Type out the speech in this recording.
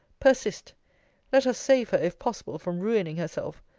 persist let us save her, if possible, from ruining herself.